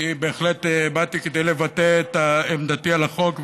אני בהחלט באתי כדי לבטא את עמדתי על החוק,